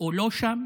או לא שם,